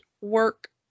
work